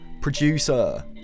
producer